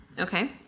Okay